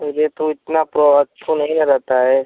यह तो इतना प्र अच्छा नहीं ना रहता है